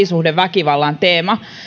lähisuhdeväkivallan teema